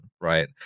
right